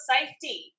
Safety